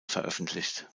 veröffentlicht